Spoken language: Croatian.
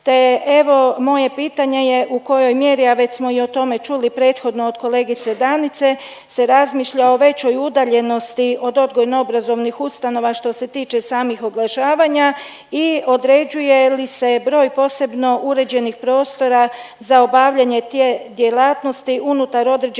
te evo, moje pitanje je, u kojoj mjeri, a već smo i o tome čuli prethodno od kolegice Danice se razmišlja o većoj udaljenosti od odgojno-obrazovnih ustanova što se tiče samih oglašavanja i određuje li se broj posebno uređenih prostora za obavljanje djelatnosti unutar određenog prostora